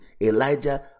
Elijah